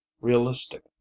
realistic